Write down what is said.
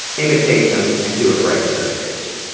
imitate them and do it right to their face.